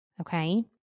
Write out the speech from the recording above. okay